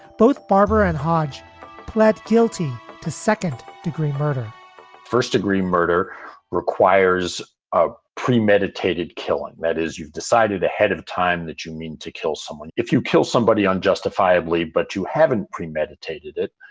both barber and hodge pled guilty to second degree murder first degree murder requires a premeditated killing that is decided ahead of time that you mean to kill someone if you kill somebody unjustifiably. but you haven't premeditated it,